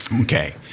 Okay